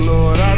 Lord